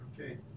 okay